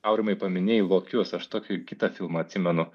aurimai paminėjai lokius aš tokį kitą filmą atsimenu